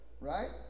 right